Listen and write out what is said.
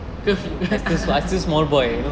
curfew